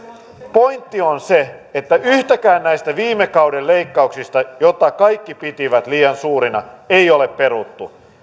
pointti on se että yhtäkään näistä viime kauden leikkauksista joita kaikki pitivät liian suurina ei ole peruttu